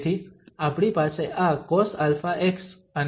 તેથી આપણી પાસે આ cosαx અને e−ax2 છે